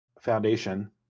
foundation